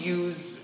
use